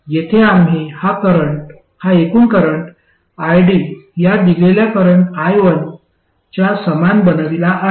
येथे आम्ही हा एकूण करंट id या दिलेल्या करंट I1 च्या समान बनविला आहे